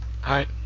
Hi